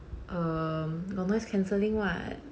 um got noise cancelling what